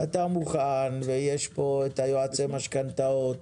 אתה מוכן, ויש פה יועצי משכנתאות